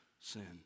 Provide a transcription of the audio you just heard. sin